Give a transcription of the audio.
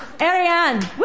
Ariane